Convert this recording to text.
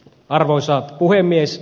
arvoisa puhemies